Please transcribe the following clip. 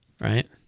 right